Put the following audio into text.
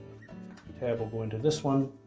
tab will go into this one,